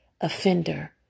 offender